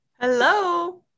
Hello